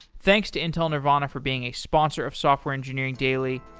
thanks to intel nervana for being a sponsor of software engineering daily,